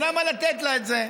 אז למה לתת לה את זה.